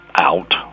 out